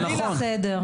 זה בסדר.